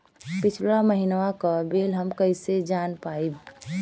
पिछला महिनवा क बिल हम कईसे जान पाइब?